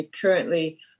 currently